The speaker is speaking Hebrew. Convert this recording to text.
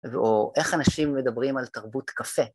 או איך אנשים מדברים על תרבות קפה.